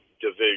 division